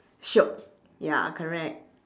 shiok ya correct